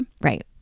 Right